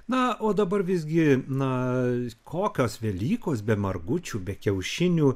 na o dabar visgi na kokios velykos be margučių be kiaušinių